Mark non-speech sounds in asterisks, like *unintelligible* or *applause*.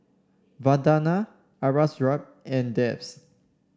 Vandana Aurangzeb and *unintelligible*